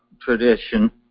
tradition